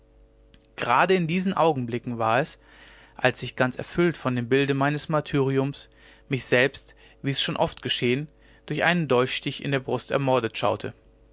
gerade in diesen augenblicken war es als ich ganz erfüllt von dem bilde meines martyriums mich selbst wie es schon oft geschehen durch einen dolchstich in der brust ermordet schaute